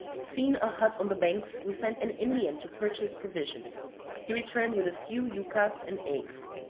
seeing a hut on the banks, we sent an indian to purchase provisions he returned with a few yucas and eggs.